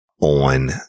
on